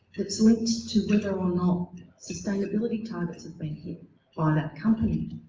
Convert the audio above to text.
that's linked to whether or not sustainability targets have been hit by that company.